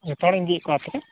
ᱡᱚᱛᱚ ᱦᱚᱲᱤᱧ ᱤᱫᱤᱭᱮᱫ ᱠᱚᱣᱟ